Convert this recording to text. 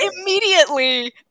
immediately